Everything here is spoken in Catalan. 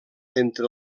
entre